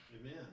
Amen